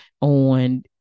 on